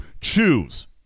choose